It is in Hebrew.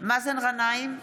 מאזן גנאים,